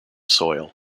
soil